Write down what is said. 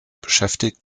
beschäftigt